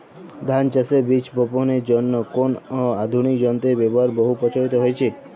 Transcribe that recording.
ধান চাষের বীজ বাপনের জন্য কোন আধুনিক যন্ত্রের ব্যাবহার বহু প্রচলিত হয়েছে?